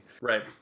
Right